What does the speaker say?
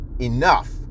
Enough